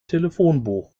telefonbuch